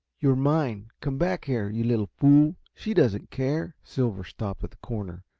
you're mine. come back here, you little fool she doesn't care. silver stopped at the corner,